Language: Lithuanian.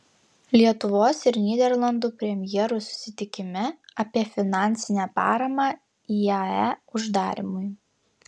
lietuvos ir nyderlandų premjerų susitikime apie finansinę paramą iae uždarymui